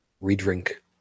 re-drink